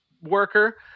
worker